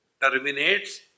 terminates